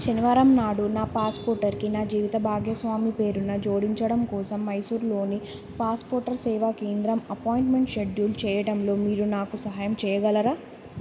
శనివారం నాడు పాస్పోర్ట్కి నా జీవిత భాగస్వామి పేరును జోడించడం కోసం మైసూరులోని పాస్పోర్ట్ సేవా కేంద్రం అపాయింట్మెంట్ షెడ్యూల్ చేయడంలో మీరు నాకు సహాయం చేయగలరా